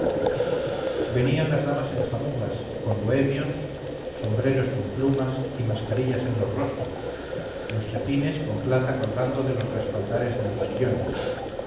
venían las damas en jamugas con bohemios sombreros con plumas y mascarillas en los rostros los chapines con plata colgando de los respaldares de los sillones